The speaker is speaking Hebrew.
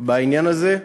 בעניין הזה,